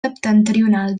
septentrional